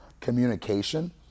communication